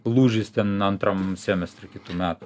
lūžis ten antram semestre kitų metų